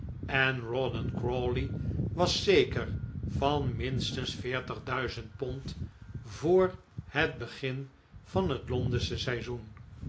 en rawdon crawley was zeker van minstens veertig duizend pond voor het begin van het londensche seizoen